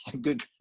good